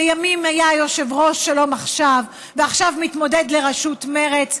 שלימים היה יושב-ראש שלום עכשיו ועכשיו מתמודד על ראשות מרצ,